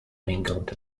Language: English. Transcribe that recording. mingled